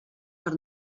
per